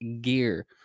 gear